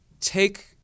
take-